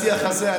השיח הזה,